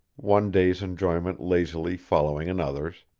one day's enjoyment lazily following another's,